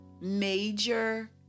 major